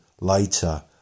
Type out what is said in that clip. later